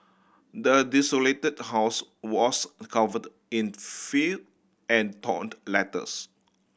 the desolated house was covered in filth and torn letters